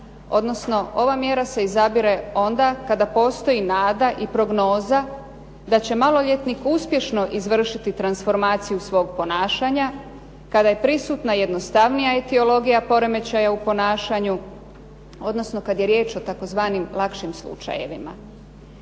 odnosno ova mjera se izabire onda kada postoji nada i prognoza da će maloljetnik uspješno izvršiti transformaciju svog ponašanja, kada je prisutna jednostavnija etiologija poremećaja u ponašanju, odnosno kad je riječ o tzv. lakšim slučajevima.